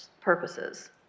purposes